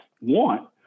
want